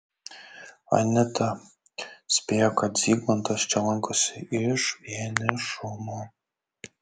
anita spėjo kad zygmantas čia lankosi iš vienišumo